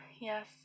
Yes